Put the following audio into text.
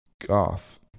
golf